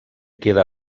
queda